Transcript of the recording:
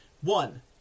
One